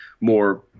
more